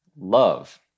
love